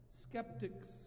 Skeptics